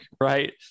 right